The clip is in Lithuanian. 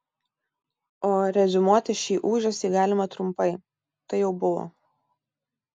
o reziumuoti šį ūžesį galima trumpai tai jau buvo